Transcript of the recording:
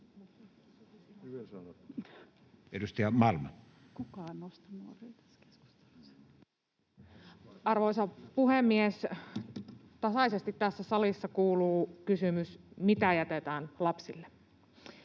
Arvoisa puhemies! Tasaisesti tässä salissa kuuluu kysymys, mitä jätetään lapsille.